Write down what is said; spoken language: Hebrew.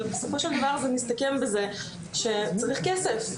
אבל בסופו של דבר זה מסתכם בזה שצריך כסף.